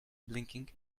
blinking